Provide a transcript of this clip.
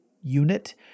unit